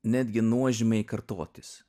netgi nuožmiai kartotis